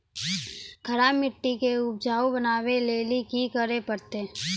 खराब मिट्टी के उपजाऊ बनावे लेली की करे परतै?